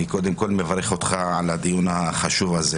אני קודם כל מברך אותך על הדיון החשוב הזה